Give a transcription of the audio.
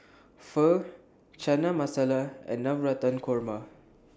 Pho Chana Masala and Navratan Korma